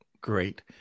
Great